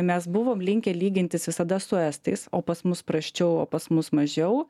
mes buvom linkę lygintis visada su estais o pas mus prasčiau o pas mus mažiau